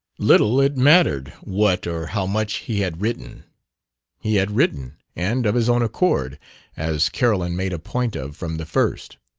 little it mattered what or how much he had written he had written, and of his own accord as carolyn made a point of from the first.